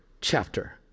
chapter